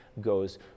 goes